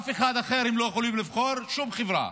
באף אחד אחר הם לא יכולים לבחור, בשום חברה